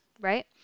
right